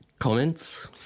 Comments